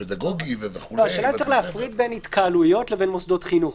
צריך להפריד בין התקהלויות למוסדות חינוך.